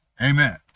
Amen